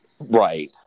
Right